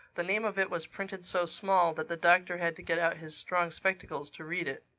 the name of it was printed so small that the doctor had to get out his strong spectacles to read it.